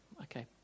okay